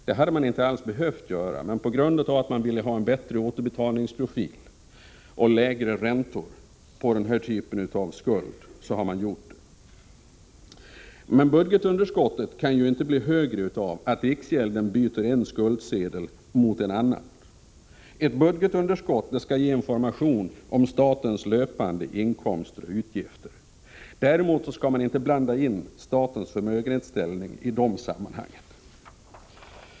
Så hade man inte alls behövt göra, men på grund av att man ville ha en bättre återbetalningsprofil och lägre räntor på den här typen av skuld har man gjort det. Men budgetunderskottet kan ju inte bli högre av att riksgälden byter en skuldsedel mot en annan. Ett budgetunderskott skall ge information om statens löpande inkomster och utgifter. Däremot skall man inte blanda in statens förmögenhetsställning i de sammanhangen.